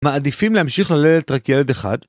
מעדיפים להמשיך ללדת רק ילד אחד.